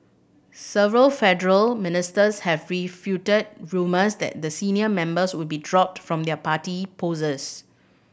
several federal ministers have refuted rumours that the senior members would be dropped from their party poses